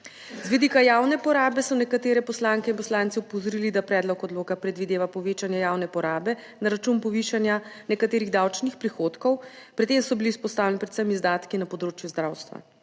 Z vidika javne porabe so nekatere poslanke in poslanci opozorili, da predlog odloka predvideva povečanje javne porabe na račun povišanja nekaterih davčnih prihodkov, pri tem so bili izpostavljeni predvsem izdatki na področju zdravstva.